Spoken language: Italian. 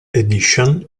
edition